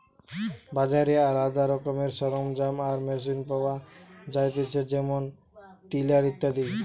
বাজারে আলদা রকমের সরঞ্জাম আর মেশিন পাওয়া যায়তিছে যেমন টিলার ইত্যাদি